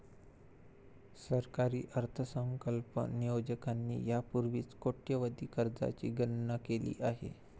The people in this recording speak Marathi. सरकारी अर्थसंकल्प नियोजकांनी यापूर्वीच कोट्यवधी कर्जांची गणना केली आहे